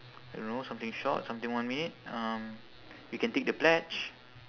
I don't know something short something one minute um you can take the pledge